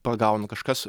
pagaunu kažkas